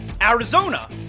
Arizona